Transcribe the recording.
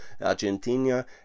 Argentina